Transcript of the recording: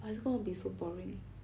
but it's going be so boring